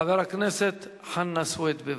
חבר הכנסת חנא סוייד,